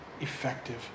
effective